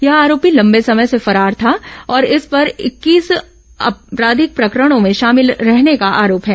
यह आरोपी लंबे समय से फरार था और इस पर इक्कीस आपराधिक प्रकरणों में शामिल रहने का आरोप है